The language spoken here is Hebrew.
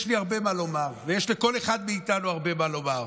יש לי הרבה מה לומר ויש לכל אחד מאיתנו הרבה מה לומר,